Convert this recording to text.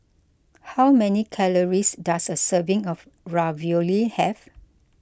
how many calories does a serving of Ravioli have